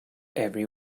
every